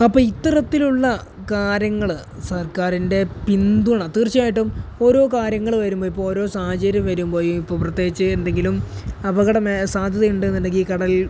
അപ്പോള് ഇത്തരത്തിലുള്ള കാര്യങ്ങളില് സർക്കാരിൻ്റെ പിന്തുണ തീർച്ചയായിട്ടും ഓരോ കാര്യങ്ങള് വരുമ്പോള് ഇപ്പോള് ഓരോ സാഹചര്യം വരുമ്പോഴും ഇപ്പോള് പ്രത്യേകിച്ച് എന്തെങ്കിലും അപകട സാധ്യതയുണ്ടെന്നുണ്ടെങ്കില് കടലിൽ